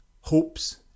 hopes